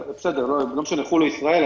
בסדר, לא משנה חו"ל או ישראל.